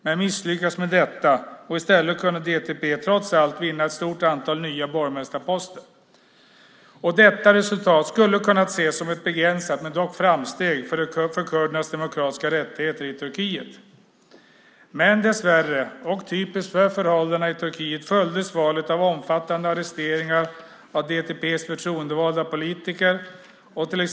Men man misslyckades med detta, och i stället kunde DTP trots allt vinna ett stort antal nya borgmästarposter. Detta resultat skulle kunna ses som ett begränsat men dock framsteg för kurdernas demokratiska rättigheter i Turkiet. Men dessvärre, och typiskt för förhållandena i Turkiet, följdes valet av omfattande arresteringar av DTP:s förtroendevalda politiker.